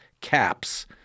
caps